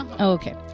Okay